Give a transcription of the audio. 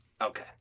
Okay